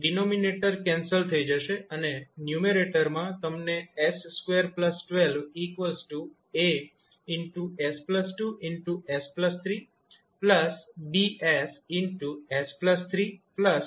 denominator cancel થઇ જશે અને ન્યૂમેરેટરમાં તમને 𝑠212 𝐴𝑠2𝑠3 𝐵𝑠𝑠3 𝐶𝑠𝑠2 મળશે